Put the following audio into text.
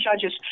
judges